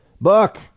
Buck